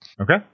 Okay